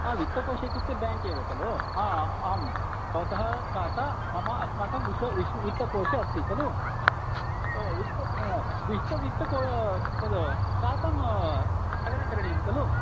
आ वित्तकोषे इत्युक्ते बेङ्क् एव खलु हा आं भवतः खाता मम अस्माकं विश्व विश् वित्तकोषे अस्ति खलु ओ वित्त अ विश्त वित् को तद् खातं स्थगनं करणीयं खलु